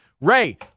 Ray